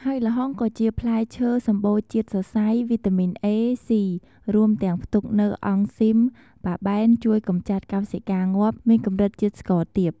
ហើយល្ហុងក៏ជាផ្លែឈើ សម្បូរជាតិសរសៃ វីតាមីន A, C រួមទាំងផ្ទុកនូវអង់ស៊ីម ប៉ាប៉េន ជួយកម្ចាត់កោសិកាងាប់ មានកម្រិតជាតិស្ករទាប។